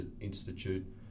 Institute